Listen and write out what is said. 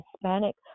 Hispanic